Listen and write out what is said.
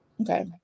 okay